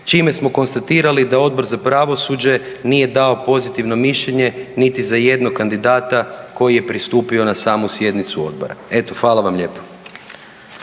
čime smo konstatirali da Odbor za pravosuđe nije dao pozitivno mišljenje niti za jednog kandidata koji je pristupio na samu sjednicu odbora. Eto, hvala vam lijepo.